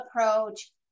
approach